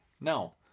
no